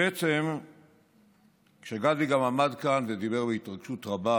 בעצם כשגדי גם עמד כאן ודיבר בהתרגשות רבה